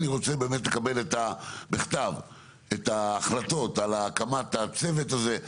אני רוצה לקבל בכתב את ההחלטות להקמת הצוות הזה,